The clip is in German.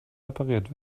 repariert